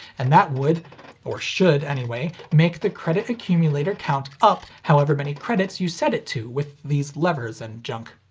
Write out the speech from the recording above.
and that would or should anyway make the credit accumulator count up however many credits you set it to with these levers and junk.